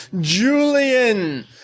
Julian